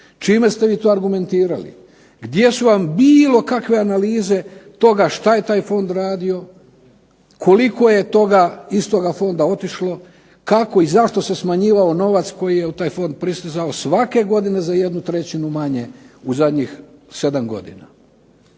Čime ste vi to argumentirali? Gdje su vam bilo kakve analize toga šta je taj fond radio, koliko je toga iz toga fonda otišlo, kako i zašto se smanjivao novac koji je u taj fond pristizao svake godine za jednu trećinu manje u zadnjih 7 godina?